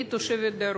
אני תושבת הדרום,